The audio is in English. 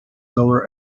lower